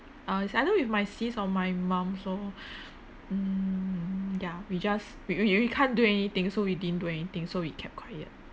uh it's either with my sis or my mum so mm ya we just we we we can't do anything so we didn't do anything so we kept quiet